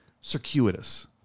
Circuitous